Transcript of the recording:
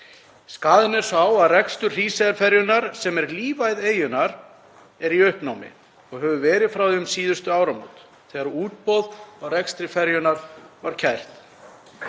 Skaðinn er sá að rekstur Hríseyjarferjunnar, sem er lífæð eyjunnar, er í uppnámi og hefur verið frá því um síðustu áramót þegar útboð á rekstri ferjunnar var kært.